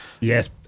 Yes